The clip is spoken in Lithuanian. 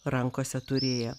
rankose turėję